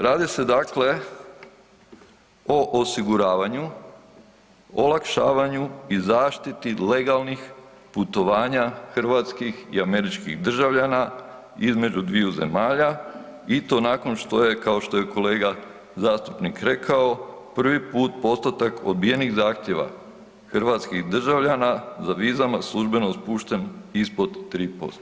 Radi se dakle o osiguravanju, olakšavanju i zaštiti legalnih putovanja hrvatskih i američkih državljana između dviju zemalja i to nakon što je, kao što je kolega zastupnik rekao, prvi put postotak odbijenih zahtjeva hrvatskih državljana za vizama, službeno spušten ispod 3%